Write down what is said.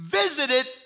visited